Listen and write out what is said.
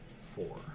four